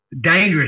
dangerous